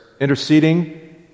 interceding